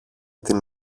την